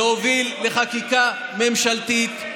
לחקיקה ממשלתית,